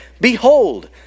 Behold